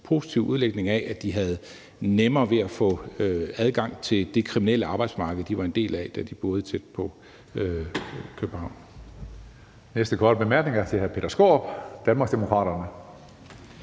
positive udlægning af, at de havde nemmere ved at få adgang til det kriminelle arbejdsmarked, de var en del af, da de boede tæt på København.